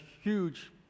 huge